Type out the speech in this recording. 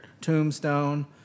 Tombstone